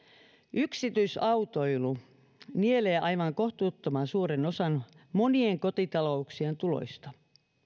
yksityisautoilu nielee aivan kohtuuttoman suuren osan monien kotitalouksien tuloista